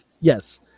Yes